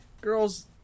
girls